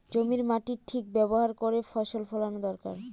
জমির মাটির ঠিক ব্যবহার করে ফসল ফলানো দরকার